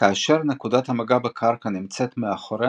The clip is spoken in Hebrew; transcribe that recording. כאשר נקודת המגע בקרקע נמצאת מאחורי